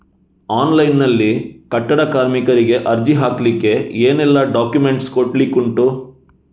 Online ನಲ್ಲಿ ಕಟ್ಟಡ ಕಾರ್ಮಿಕರಿಗೆ ಅರ್ಜಿ ಹಾಕ್ಲಿಕ್ಕೆ ಏನೆಲ್ಲಾ ಡಾಕ್ಯುಮೆಂಟ್ಸ್ ಕೊಡ್ಲಿಕುಂಟು?